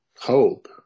hope